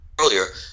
earlier